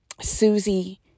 Susie